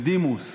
בדימוס,